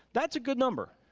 that's a good number.